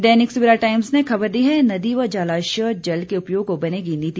दैनिक Savera Times ने खबर दी है नदी व जलाशय जल के उपयोग को बनेगी नीति